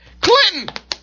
Clinton